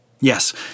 Yes